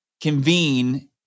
convene